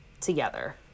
together